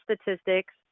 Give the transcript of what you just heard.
statistics